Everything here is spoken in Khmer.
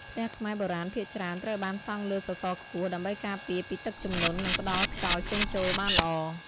ផ្ទះខ្មែរបុរាណភាគច្រើនត្រូវបានសង់លើសសរខ្ពស់ ដើម្បីការពារពីទឹកជំនន់ និងផ្តល់ខ្យល់ចេញចូលបានល្អ។